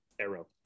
arrow